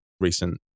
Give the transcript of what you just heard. recent